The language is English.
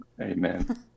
Amen